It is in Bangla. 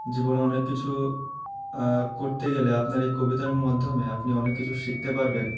জীবনে অনেক কিছু করতে গেলে আপনার এই কবিতার মাধ্যমে আপনি অনেক কিছু শিখতে পারবেন